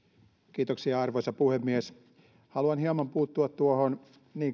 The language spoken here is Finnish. arvoisa puhemies haluan hieman puuttua tuohon